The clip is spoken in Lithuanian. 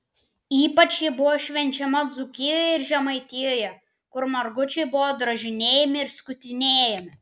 ypač ji buvo švenčiama dzūkijoje ir žemaitijoje kur margučiai buvo drožinėjami ir skutinėjami